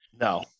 No